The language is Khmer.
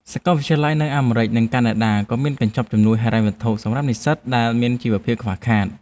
សាកលវិទ្យាល័យនៅអាមេរិក និងកាណាដាក៏មានកញ្ចប់ជំនួយហិរញ្ញវត្ថុសម្រាប់និស្សិតដែលមានជីវភាពខ្វះខាត។